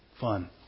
fun